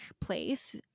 place